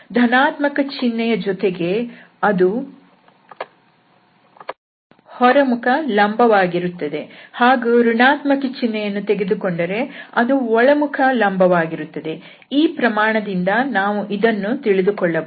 ಧನಾತ್ಮಕ ಚಿನ್ಹೆ ಯ ಜೊತೆಗೆ ಅದು ಹೊರಮುಖ ಲಂಬ ವಾಗಿರುತ್ತದೆ ಹಾಗೂ ಋಣಾತ್ಮಕ ಚಿನ್ಹೆ ಯನ್ನು ನಾವು ತೆಗೆದುಕೊಂಡರೆ ಅದು ಒಳಮುಖ ಲಂಬವಾಗಿರುತ್ತದೆ ಈ ಪ್ರಮಾಣದಿಂದ ನಾವು ಇದನ್ನು ತಿಳಿದುಕೊಳ್ಳಬಹುದು